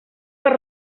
per